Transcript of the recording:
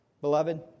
beloved